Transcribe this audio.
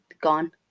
gone